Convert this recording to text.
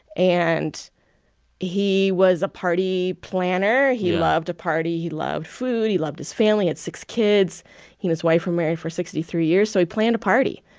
and he was a party planner. he loved a party. he loved food. he loved his family had six kids. he and his wife were married for sixty three years. so he planned a party.